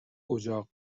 اجاق